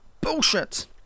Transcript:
BULLSHIT